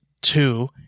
two